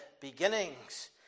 beginnings